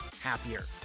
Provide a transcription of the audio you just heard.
happier